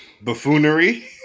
buffoonery